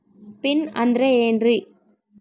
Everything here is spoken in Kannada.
ಪಿನ್ ಅಂದ್ರೆ ಏನ್ರಿ?